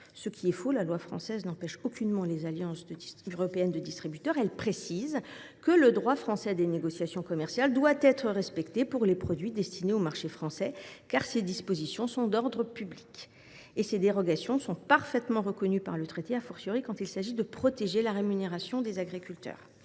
C’est faux : la loi française n’empêche nullement les alliances européennes de distributeurs ! Elle précise simplement que le droit français des négociations commerciales doit être respecté pour les produits destinés au marché français, car ces dispositions sont d’ordre public. Ces dérogations sont d’ailleurs parfaitement reconnues par les traités européens, quand il s’agit de protéger la rémunération des agriculteurs.